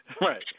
Right